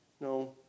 No